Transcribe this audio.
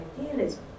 idealism